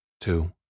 two